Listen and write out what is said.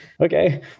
okay